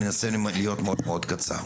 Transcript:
אני אנסה להיות מאוד מאוד קצר.